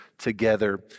together